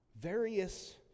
various